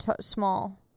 small